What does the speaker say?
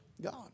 God